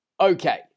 Okay